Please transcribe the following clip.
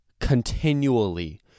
continually